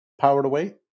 power-to-weight